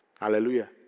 Hallelujah